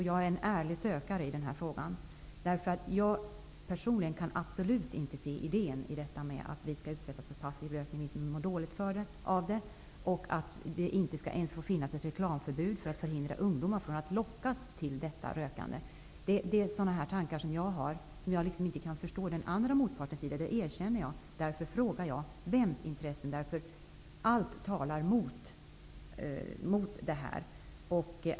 Jag är en ärlig sökare i denna fråga. Jag kan absolut inte se vad det är för idé med att vi som mår dåligt av rök skall utsättas för passiv rökning och vad det är för idé med att det inte skall finnas ett reklamförbud för att förhindra ungdomar från att lockas till detta rökande. I sådana här frågor kan jag inte förstå motpartens sida. Det erkänner jag. Därför frågar jag vems intresse det är som ligger bakom. Allt talar emot detta.